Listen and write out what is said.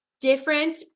different